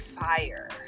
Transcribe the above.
fire